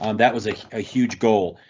um that was a ah huge goal.